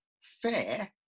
fair